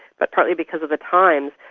but partly because of the time,